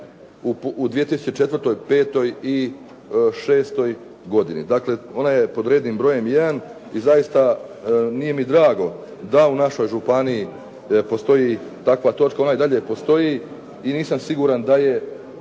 u 2004., '05. i '06. godini. Dakle, ona je pod rednim brojem 1 i zaista nije mi drago da u našoj županiji postoji takva točka, onda i dalje postoji i nisam siguran da su